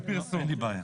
אין לי בעיה.